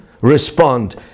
respond